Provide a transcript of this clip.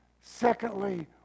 Secondly